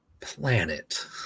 Planet